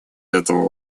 этого